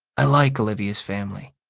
i like olivia's family.